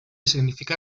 significa